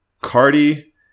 Cardi